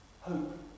Hope